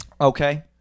Okay